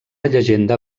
llegenda